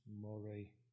Murray